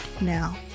now